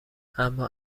اما